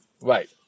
Right